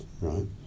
right